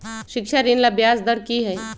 शिक्षा ऋण ला ब्याज दर कि हई?